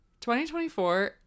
2024